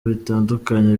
bitandukanye